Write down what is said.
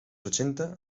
ochenta